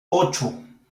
ocho